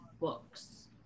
books